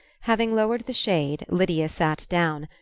having lowered the shade, lydia sat down,